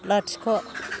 लाथिख'